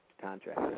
contract